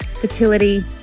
fertility